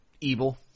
Evil